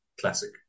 classic